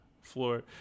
floor